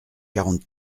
quarante